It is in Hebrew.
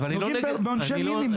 נוגעים בעונשי מינימום.